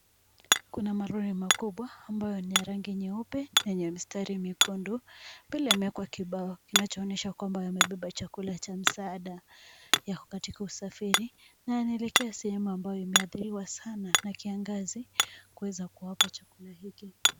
Kuna malori makubwa ambayo ni ya rangi nyeupe na yenye mistari mekundu pale imewekwa kibao kinachoonyesha kwamba yamebeba chakula cha msaada. Yako katika usafiri na yanaelekea sehemu ambayo imeathiriwa sana na kiangazi kuweza kuwapa chakula hiki.